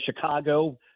Chicago